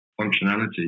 functionality